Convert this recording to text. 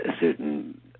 certain